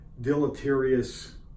deleterious